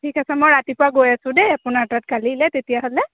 ঠিক আছে মই ৰাতিপুৱা গৈ আছোঁ দেই আপোনাৰ তাত কালিলে তেতিয়াহ'লে